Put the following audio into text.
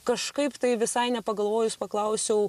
kažkaip tai visai nepagalvojus paklausiau